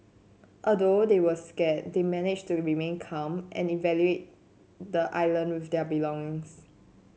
although they were scared they managed to remain calm and evacuate the island with their belongings